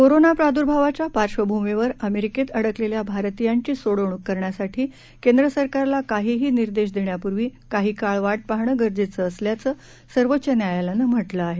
corona प्रादुर्भावाच्या पार्श्वभूमीवर अमेरिकेत अडकलेल्या भारतीयांची सोडवणूक करण्यासाठी केंद्र सरकारला काहीही निर्देश देण्यापूर्वी काही काळ वाट पाहणं गरजेचं असल्याचं सर्वोच्च न्यायालयानं म्हटलं आहे